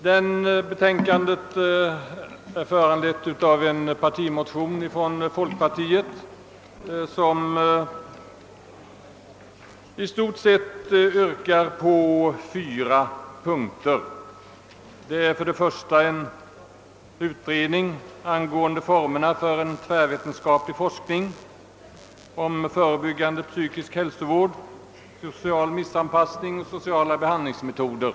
Det har föranletts av ett par likalydande partimotioner från folkpartiet i vilka det i stort sett görs yrkanden på fyra punkter. För det första gäller det en utredning om formerna för en tvärvetenskaplig forskning om förebyggande psykisk hälsovård, social missanpassning och sociala behandlingsmetoder.